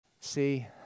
See